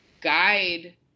guide